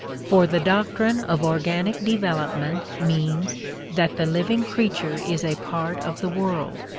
for the doctrine of organic development means that the living creature is a part of the world,